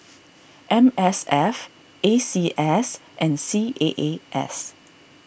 M S F A C S and C A A S